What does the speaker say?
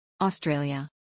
Australia